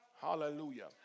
Hallelujah